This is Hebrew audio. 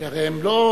כי הרי הם לא,